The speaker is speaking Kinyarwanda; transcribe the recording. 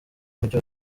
mujyi